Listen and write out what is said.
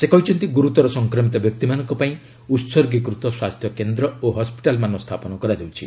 ସେ କହିଛନ୍ତି ଗୁରୁତର ସଂକ୍ରମିତ ବ୍ୟକ୍ତିମାନଙ୍କ ପାଇଁ ଉହର୍ଗୀକୃତ ସ୍ୱାସ୍ଥ୍ୟ କେନ୍ଦ୍ର ଓ ହସ୍କିଟାଲମାନ ସ୍ଥାପନ କରାଯାଉଛି